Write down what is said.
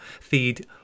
feed